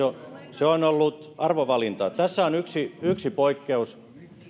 se on ollut arvovalinta tässä on yksi yksi poikkeus